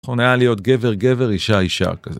נכון היה להיות גבר-גבר, אישה-אישה כזה.